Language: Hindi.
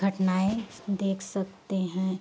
घटनाएँ देख सकते हैं